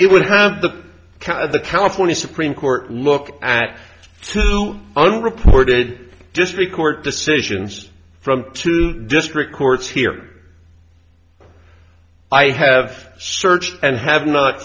it would have the kind of the california supreme court look at two unreported just record decisions from two district courts here i have searched and have not